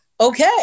okay